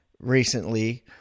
recently